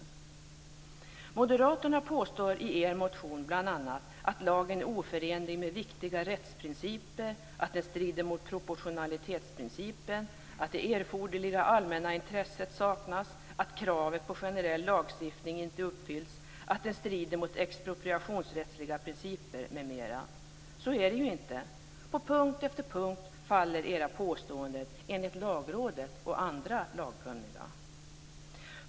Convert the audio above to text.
Ni moderater påstår i er motion bl.a. att lagen är oförenlig med viktiga rättsprinciper, att den strider mot proportionalitetsprincipen, att det erfordeliga allmänna intresset saknas, att kravet på generell lagstiftning inte uppfylls, att lagen strider mot expropriationsrättsliga principer m.m. Så är det ju inte. På punkt efter punkt faller era påståenden enligt Lagrådet och andra lagkunniga.